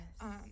Yes